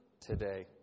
today